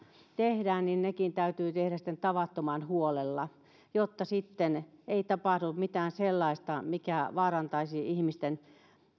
tehdään niin nekin täytyy tehdä sitten tavattoman huolella jotta ei tapahdu mitään sellaista mikä vaarantaisi